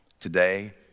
Today